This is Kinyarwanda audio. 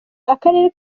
akarere